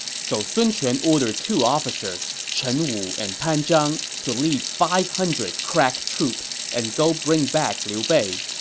so sun quan ordered two officers, chen wu and pan zhang, to lead five hundred crack troops and go bring back liu bei.